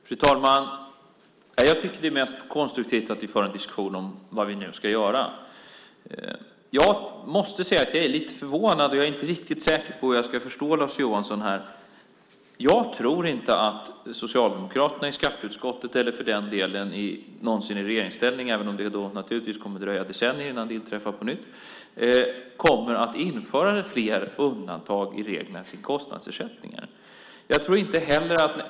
Fru talman! Jag tycker att det är mest konstruktivt att vi för en diskussion om vad vi ska göra. Jag måste säga att jag är lite förvånad, och jag är inte riktigt säker på hur jag ska förstå Lars Johansson här. Jag tror inte att Socialdemokraterna i skatteutskottet eller för den delen någonsin i regeringsställning - även om det naturligtvis kommer att dröja decennier innan det inträffar på nytt - kommer att införa fler undantag i reglerna för kostnadsersättningar.